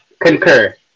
Concur